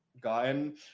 gotten